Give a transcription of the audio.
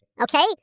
okay